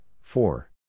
four